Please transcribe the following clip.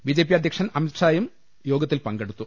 B J P അധ്യക്ഷൻ അമി ത്ഷായും യോഗത്തിൽ പങ്കെടുത്തു